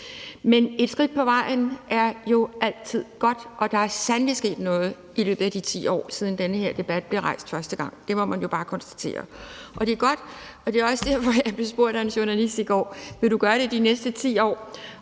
Men et skridt på vejen er jo altid godt, og der er sandelig sket noget i løbet af de 10 år, siden den her debat blev rejst første gang. Det må man jo bare konstatere, og det er godt. Det er også derfor, at jeg blev spurgt af en journalist i går: Vil du gøre det de næste 10 år?